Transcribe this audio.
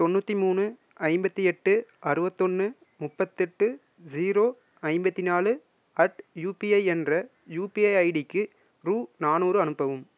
தொண்ணூத்தி மூணு ஐம்பத்தி எட்டு அறுபத்தொன்னு முப்பத்தெட்டு ஜீரோ ஐம்பத்தி நாலு அட் யுபிஐ என்ற யுபிஐ ஐடிக்கு ரூ நானூறு அனுப்பவும்